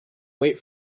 wait